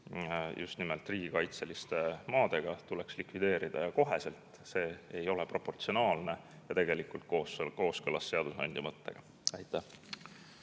just nimelt riigikaitseliste maadega, tuleks likvideerida koheselt. See ei ole proportsionaalne ja kooskõlas seadusandja mõttega. Aitäh!